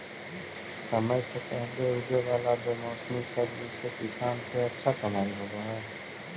समय से पहले उगे वाला बेमौसमी सब्जि से किसान के अच्छा कमाई होवऽ हइ